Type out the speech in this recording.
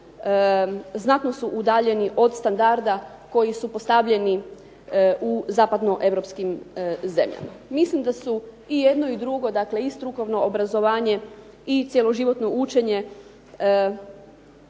znatno udaljeni od standarda koji su postavljeni u zapadno-europskim zemljama. Mislim da su i jedno i drugo, dakle i strukovno obrazovanje i cjeloživotno učenje